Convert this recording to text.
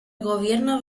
gobierno